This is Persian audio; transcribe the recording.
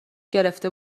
گرفته